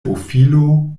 bofilo